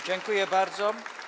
Dziękuję bardzo.